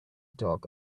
dog